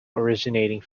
originating